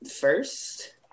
first